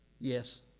Yes